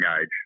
age